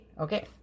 Okay